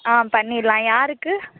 ஆ பண்ணிரலாம் யாருக்கு